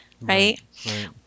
right